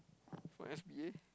from S P A